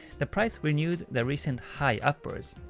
the price renewed the recent high upwards.